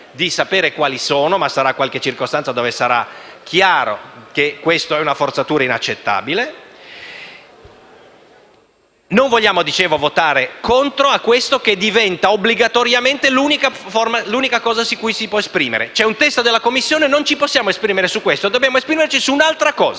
Non vogliamo votare contro un testo che diventa obbligatoriamente l'unica cosa su cui ci si può esprimere. C'è un testo della Commissione su cui non ci possiamo esprimere, in quanto dobbiamo esprimerci su un altro